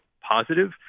positive